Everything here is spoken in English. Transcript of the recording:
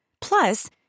Plus